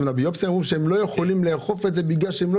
לביופסיה אמרו שהם לא יכולים לאכוף את זה כי הם לא